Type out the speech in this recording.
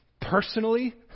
personally